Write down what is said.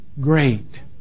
great